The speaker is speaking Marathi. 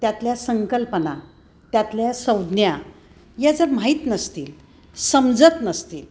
त्यातल्या संकल्पना त्यातल्या संज्ञा या जर माहीत नसतील समजत नसतील